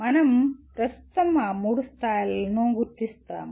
మనం ప్రస్తుతం ఆ మూడు స్థాయిలను గుర్తిస్తాము